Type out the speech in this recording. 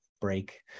break